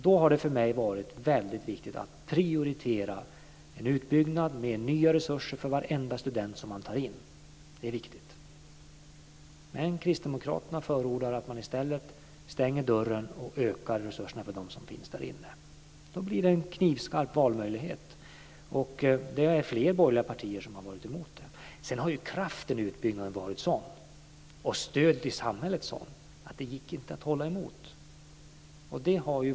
Då har det för mig varit väldigt viktigt att prioritera en utbyggnad med nya resurser för varenda student som man tar in. Det är viktigt. Men kristdemokraterna förordar att man i stället ska stänga dörren och öka resurserna för dem som finns där inne. Då blir det en knivskarp valmöjlighet. Det är fler borgerliga partier som har varit emot det här. Sedan har det varit en sådan kraft i utbyggnaden och ett sådant stöd i samhället att det inte gick att hålla emot detta.